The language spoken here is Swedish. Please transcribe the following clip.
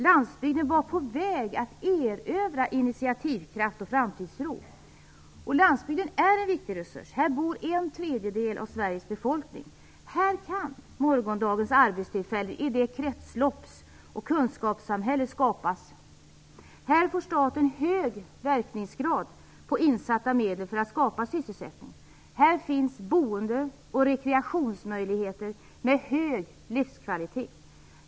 Landsbygden var på väg att erövra initiativkraft och framtidstro. Landsbygden är en viktig resurs. Här bor en tredjedel av Sveriges befolkning. Här kan morgondagens arbetstillfällen i kretslopps och kunskapssamhället skapas. Här får staten hög verkningsgrad på insatta medel för att skapa sysselsättning. Här finns boende och rekreationsmöjligheter med hög livskvalitet.